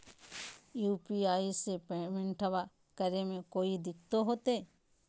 UPI से पेमेंटबा करे मे कोइ दिकतो होते?